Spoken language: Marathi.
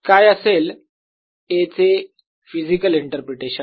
काय असेल A चे फिजिकल इंटरप्रेटेशन